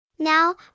Now